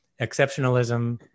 exceptionalism